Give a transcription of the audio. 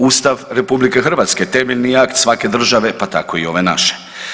Ustav RH temeljni je akt svake države, pa tako i ove naše.